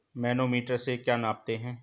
Manometer से क्या नापते हैं?